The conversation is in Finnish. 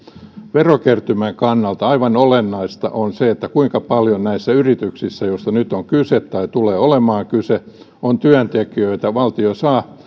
verokertymän kannalta aivan olennaista on se kuinka paljon näissä yrityksissä joista nyt on kyse tai tulee olemaan kyse on työntekijöitä valtio saa